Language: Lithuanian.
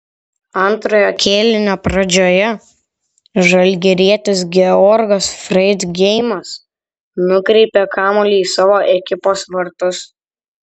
antrojo kėlinio pradžioje žalgirietis georgas freidgeimas nukreipė kamuolį į savo ekipos vartus